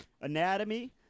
anatomy